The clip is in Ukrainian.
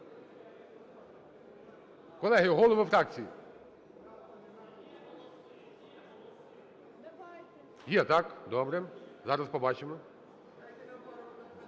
Колеги, голови фракцій! Є, так? Добре, зараз побачимо.